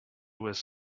was